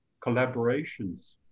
collaborations